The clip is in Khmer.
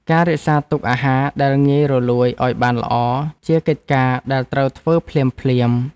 ការរក្សាទុកអាហារដែលងាយរលួយឱ្យបានល្អ ជាកិច្ចការដែលត្រូវធ្វើភ្លាមៗ។